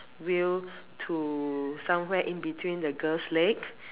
wheel to somewhere in between the girls leg